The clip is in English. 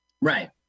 Right